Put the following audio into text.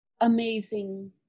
amazing